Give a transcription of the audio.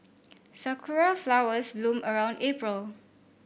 sakura flowers bloom around April